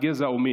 גזע ומין,